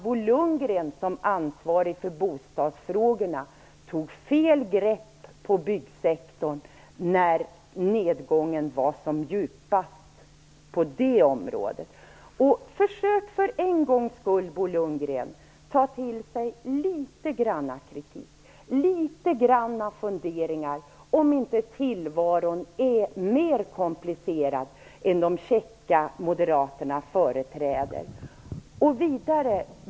Bo Lundgren som då var ansvarig för bostadsfrågorna tog fel grepp på byggsektorn när nedgången var som djupast. Försök för en gångs skull, Bo Lundgren, att ta till sig litet grand kritik och litet grand funderingar kring om inte tillvaron är mer komplicerad än vad de käcka moderaterna företräder.